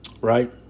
right